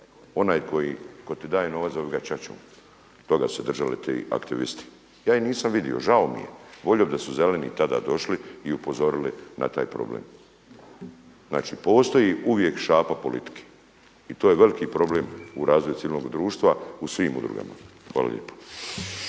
Onaj tko ti daje novac, zovi ga ćaćom, toga su se držali ti aktivisti. Ja ih nisam vidio, žao mi je, volio bih da su zeleni tada došli i upozorili na taj problem. Znači postoji uvijek šapa politike. I to je veliki problem u razvoju civilnoga društva u svim udrugama. Hvala lijepo.